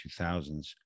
2000s